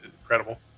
incredible